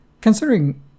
considering